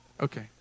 Okay